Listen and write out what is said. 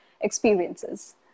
experiences